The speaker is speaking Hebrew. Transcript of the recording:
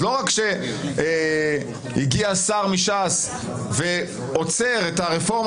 לא רק שהגיע שר מש"ס ועוצר את הרפורמה